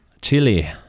Chili